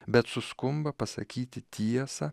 bet suskumba pasakyti tiesą